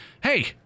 Hey